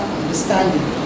understanding